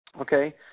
Okay